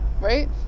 Right